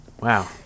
Wow